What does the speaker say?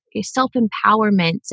self-empowerment